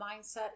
mindset